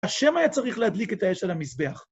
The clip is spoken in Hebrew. השם היה צריך להדליק את האש על המזבח.